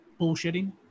bullshitting